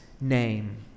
name